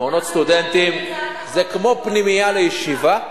מעונות סטודנטים זה כמו פנימייה לישיבה,